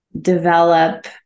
develop